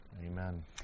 Amen